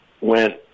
went